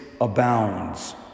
abounds